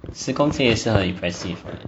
十公斤也是很 impressive